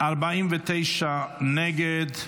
49 נגד.